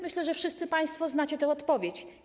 Myślę, że wszyscy państwo znacie odpowiedź.